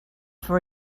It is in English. for